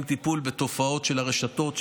עם טיפול בתופעות של הרשתות,